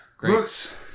Brooks